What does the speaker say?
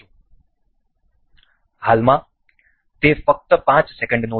હાલમાં તે ફક્ત 5 સેકંડનો છે